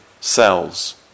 cells